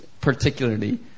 particularly